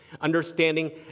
understanding